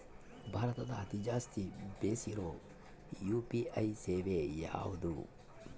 ಭಾರತದಗ ಅತಿ ಜಾಸ್ತಿ ಬೆಸಿರೊ ಯು.ಪಿ.ಐ ಸೇವೆ ಯಾವ್ದು?